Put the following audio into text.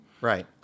Right